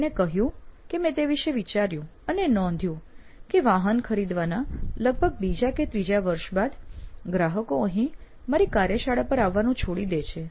તેણે કહ્યું કે મેં તે વિશે વિચાર્યું અને નોંધ્યું કે વાહન ખરીદવાના લગભગ બીજા કે ત્રીજા વર્ષ બાદ ગ્રાહકો અહીં મારી કાર્યશાળા પાર આવવાનું છોડી દે છે